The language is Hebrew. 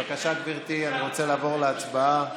בבקשה, גברתי, אני רוצה להעביר להצבעה.